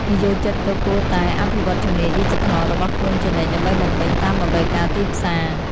និយោជិតក៏គួរតែ អភិវឌ្ឍជំនាញឌីជីថល របស់ខ្លួនជានិច្ច ដើម្បីបំពេញតាមតម្រូវការទីផ្សារ។